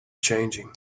changing